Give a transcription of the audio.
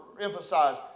emphasize